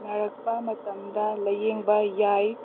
ꯅꯥꯔꯛꯄ ꯃꯇꯝꯗ ꯂꯥꯏꯌꯦꯡꯕ ꯌꯥꯏ